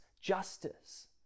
justice